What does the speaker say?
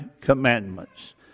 commandments